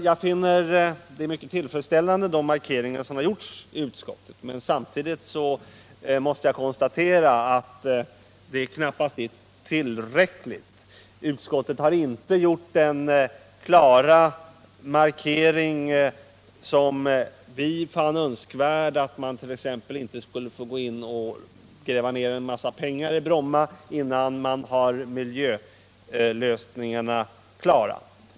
Jag finner de markeringar som gjorts av utskottet mycket tillfredsställande, men samtidigt måste jag konstatera att det knappast är tillräckligt. Utskottet har nämligen inte gjort den klara markering som vi fann önskvärd när det gällde att man inte skulle tillåtas gå in med en massa pengar i Bromma förrän man löst problemen kring miljöfrågorna.